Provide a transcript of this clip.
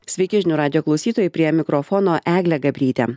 sveiki žinių radijo klausytojai prie mikrofono eglė gabrytė